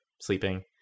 sleeping